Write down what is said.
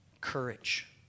courage